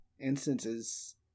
instances